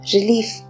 Relief –